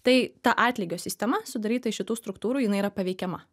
tai ta atlygio sistema sudaryta iš šitų struktūrų jinai yra paveikiama